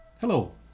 Hello